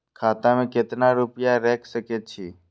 खाता में केतना रूपया रैख सके छी?